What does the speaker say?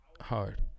hard